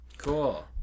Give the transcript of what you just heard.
Cool